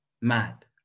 mad